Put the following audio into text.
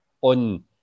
on